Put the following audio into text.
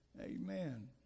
Amen